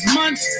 months